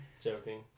Joking